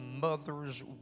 mother's